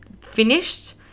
finished